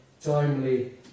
timely